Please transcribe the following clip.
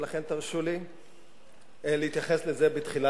ולכן תרשו לי להתייחס לזה בתחילה,